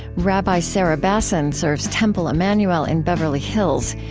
rabbi sarah bassin serves temple emmanuel in beverly hills,